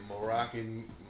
Moroccan